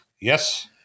Yes